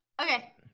Okay